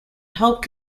helped